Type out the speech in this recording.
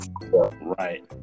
right